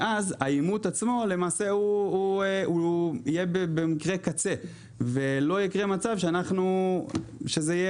למעשה האימות עצמו יהיה רק במקרה קצה ולא יקרה מצב שזה יהיה